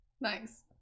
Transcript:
nice